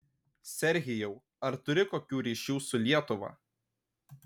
serhijau ar turi kokių ryšių su lietuva